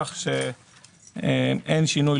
כך שאין שינוי,